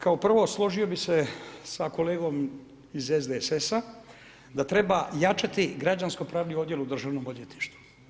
Kao prvo, složio bih se sa kolegom iz SDSS-a da treba jačati Građanskopravni odjel u Državnom odvjetništvu.